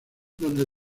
donde